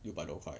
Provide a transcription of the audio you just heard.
六百多块